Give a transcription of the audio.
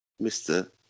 Mr